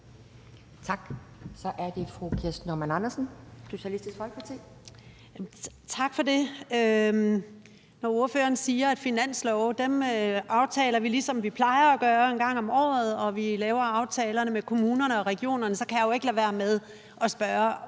Kl. 12:44 Kirsten Normann Andersen (SF): Tak for det. Når ordføreren siger, at finanslove aftaler vi, som vi plejer at gøre, en gang om året, og at vi laver aftalerne med kommunerne og regionerne, kan jeg jo ikke lade være med at spørge